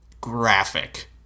graphic